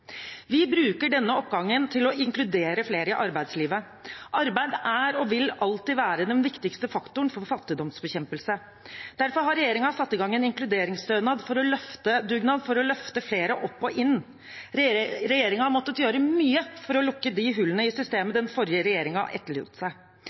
Vi bruker denne oppgangen til å inkludere flere i arbeidslivet. Arbeid er og vil alltid være den viktigste faktoren for fattigdomsbekjempelse. Derfor har regjeringen satt i gang en inkluderingsdugnad for å løfte flere opp og inn. Regjeringen har måttet gjøre mye for å lukke de hullene i systemet